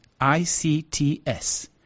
ICTS